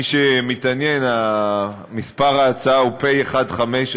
אתם לא מסתפקים,